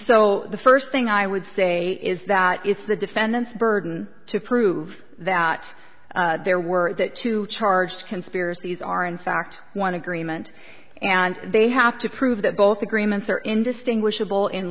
so the first thing i would say is that if the defendant's burden to prove that there were two charge conspiracies are in fact one agreement and they have to prove that both agreements are indistinguishable in